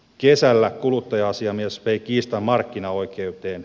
kesällä kuluttaja asiamies vei kiistan markkinaoikeuteen